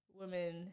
women